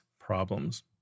problems